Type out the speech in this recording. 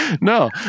No